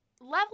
Level